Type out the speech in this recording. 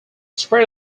spread